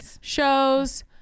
shows